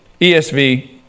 ESV